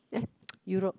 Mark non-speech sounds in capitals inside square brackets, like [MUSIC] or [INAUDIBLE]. eh [NOISE] Europe